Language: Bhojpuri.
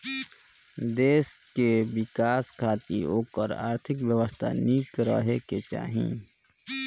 देस कअ विकास खातिर ओकर आर्थिक व्यवस्था निक रहे के चाही